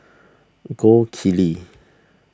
Gold Kili